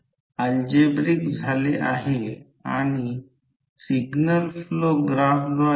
तर A 3 centimetre बाजू म्हणून ते 9 10 4मीटर स्क्वेअर आहे